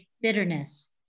bitterness